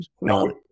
no